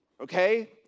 Okay